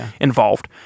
involved